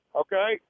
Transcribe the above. okay